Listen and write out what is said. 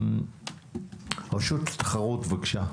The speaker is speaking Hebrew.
רשות התחרות, בבקשה.